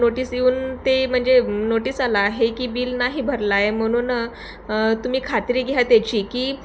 notice येऊन ते म्हणजे नोटिस आला आहे की बिल नाही भरला आहे म्हणून तुम्ही खात्री घ्या त्याची की